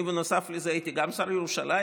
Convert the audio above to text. אני בנוסף לזה הייתי גם שר ירושלים,